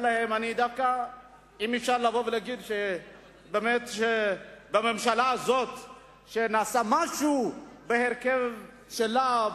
אם אפשר לבוא ולהגיד שבממשלה הזו נעשה משהו בהרכב שלה,